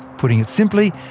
putting it simply,